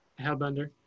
hellbender